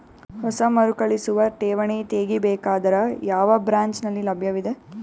ಹೊಸ ಮರುಕಳಿಸುವ ಠೇವಣಿ ತೇಗಿ ಬೇಕಾದರ ಯಾವ ಬ್ರಾಂಚ್ ನಲ್ಲಿ ಲಭ್ಯವಿದೆ?